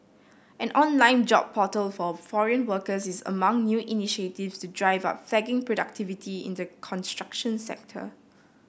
an online job portal for foreign workers is among new initiatives to drive up productivity in the construction sector